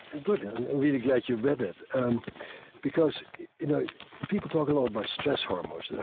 good. i'm really glad you read it um because you know people talk a lot about stress hormones.